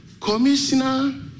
Commissioner